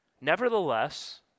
Nevertheless